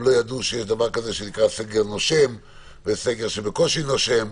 הם לא ידעו שיש דבר כזה שנקרא סגר נושם וסגר שבקושי נושם,